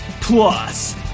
Plus